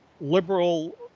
liberal